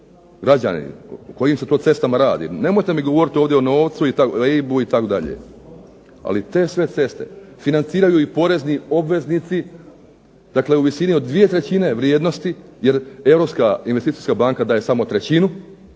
građani o kojim se to cestama radi. Nemojte mi govoriti ovdje o novcu, EIB-u itd. Ali te sve ceste financiraju i porezni obveznici, dakle u visini od dvije trećine vrijednosti jer EIB daje samo trećinu,